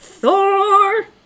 Thor